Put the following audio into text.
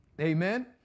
Amen